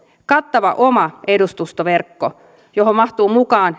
kattava oma edustustoverkko johon mahtuu mukaan